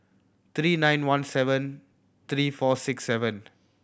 three nine one seven three four six seven